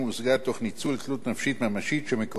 תלות נפשית ממשית שמקורה בטיפול הנפשי.